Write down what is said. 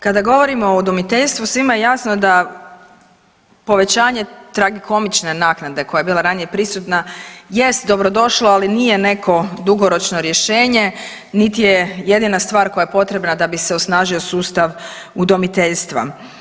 Kada govorimo o udomiteljstvu svima je jasno da povećanje tragikomične naknade koja je bila ranije prisutna jest dobrodošlo, ali nije neko dugoročno rješenje, niti je jedina stvar koja je potrebna da bi se osnažio sustav udomiteljstva.